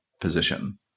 position